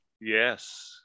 Yes